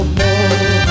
more